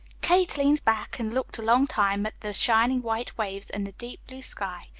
kate leaned back and looked a long time at the shining white waves and the deep blue sky,